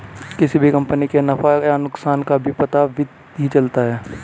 किसी भी कम्पनी के नफ़ा या नुकसान का भी पता वित्त ही चलता है